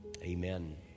Amen